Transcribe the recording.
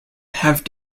have